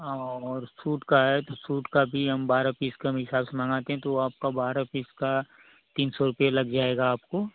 और सूट का है तो सूट का भी हम बारह पीस का हम हिसाब से मँगाते हैं तो आपका बारह पीस का तीन सौ रुपये लग जाएगा आपको